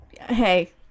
hey